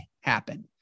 happen